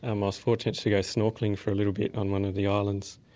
and was fortunate to go snorkelling for a little bit on one of the islands,